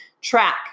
Track